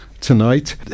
tonight